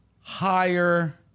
higher